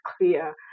clear